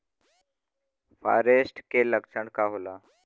फारेस्ट के लक्षण का होला?